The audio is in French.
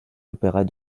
opéras